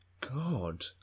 God